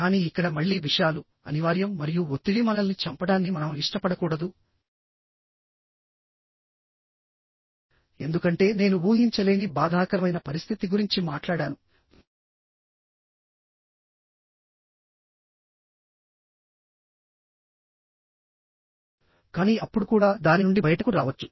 కానీ ఇక్కడ మళ్ళీ విషయాలు అనివార్యం మరియు ఒత్తిడి మనల్ని చంపడాన్ని మనం ఇష్టపడకూడదు ఎందుకంటే నేను ఊహించలేని బాధాకరమైన పరిస్థితి గురించి మాట్లాడాను కానీ అప్పుడు కూడా దాని నుండి బయటకు రావచ్చు